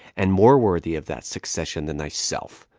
and more worthy of that succession than thyself.